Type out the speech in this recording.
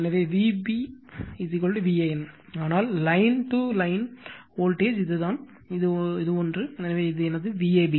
எனவே Vp VAN ஆனால் line முதல் லைன் வரை வோல்டேஜ் இதுதான் இது ஒன்று எனவே இது எனது Vab